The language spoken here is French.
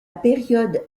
période